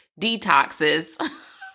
detoxes